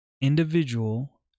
individual